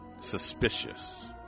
suspicious